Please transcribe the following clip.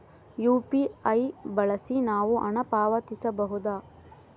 UPI ಬಳಸಿ ನಾವು ಹಣ ಪಾವತಿಸಬಹುದಾ?